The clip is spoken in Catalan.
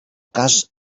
cas